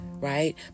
Right